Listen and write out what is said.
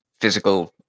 physical